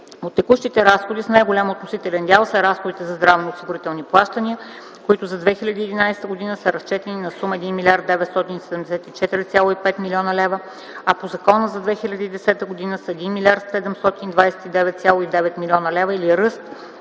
От текущите разходи с най-голям относителен дял са разходите за здравноосигурителни плащания, които за 2011 г. са разчетени на сума 1 млрд. 974,5 млн. лв., а по закона за 2010 г. са 1 млрд. 729,9 млн. лв., или ръст